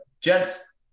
gents